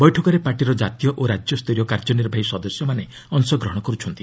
ବୈଠକରେ ପାର୍ଟିର ଜାତୀୟ ଓ ରାଜ୍ୟସ୍ତରୀୟ କାର୍ଯ୍ୟନିର୍ବାହୀ ସଦସ୍ୟମାନେ ଅଂଶଗ୍ରହଣ କରୁଛନ୍ତି